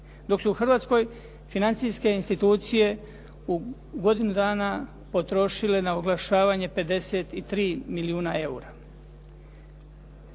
dok su u Hrvatskoj financijske institucije u godinu dana potrošile na oglašavanje 53 milijuna eura.